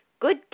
good